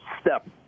step